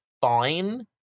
fine